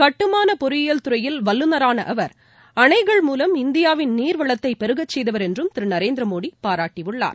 கட்டுமான பொறியில் துறையில் வல்லுநரான அவர் அணைகள் மூலம் இந்தியாவின் நீர்வளத்தை பெருகச்செய்தவர் என்றும் திரு நரேந்திரமோடி பாராட்டியுள்ளார்